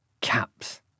caps